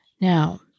Now